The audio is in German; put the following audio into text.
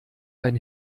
ein